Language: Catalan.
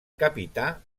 capità